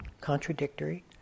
contradictory